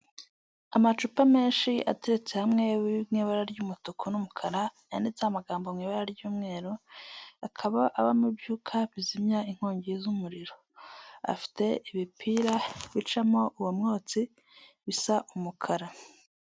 Amacupa menshi atetse hamwe mu ibara ry'umutuku n'umukara, yanditse amagambo mu ibara ry'umweru akaba abamo ibyuka bizimya inkongi z'umuriro. Afite ibipira bicamo uwo mwotsi bisa umukara.